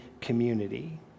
community